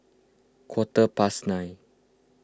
quarter past nine